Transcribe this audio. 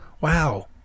wow